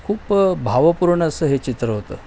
खूप भावपूर्ण असं हे चित्र होतं